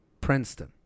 Princeton